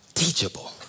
Teachable